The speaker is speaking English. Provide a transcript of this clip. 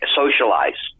socialize